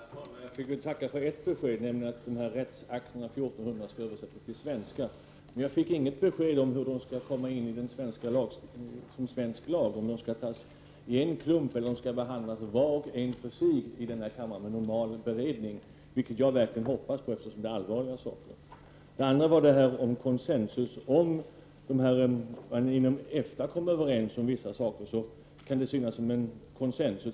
Herr talman! Jag vill tacka för åtminstone ett besked, nämligen att dessa 1 400 rättsakter skall översättas till svenska. Men jag fick inte något besked om hur de skall införlivas med svensk lag, om kammaren skall behandla dem i en klump eller om de skall behandlas var och en för sig. Jag hoppas verkligen på en normal beredning, dvs. att de skall behandlas var och en för sig, eftersom det rör sig om allvarliga saker. Om man inom EFTA kommer överens om vissa saker kan det synas som att det föreligger concensus.